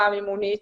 המימונית,